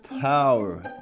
power